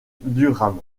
durham